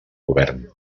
govern